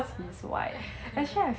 ya